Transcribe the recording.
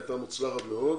הייתה מוצלחת מאד.